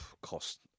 cost